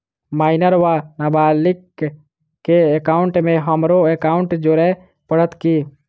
Minor वा नबालिग केँ एकाउंटमे हमरो एकाउन्ट जोड़य पड़त की?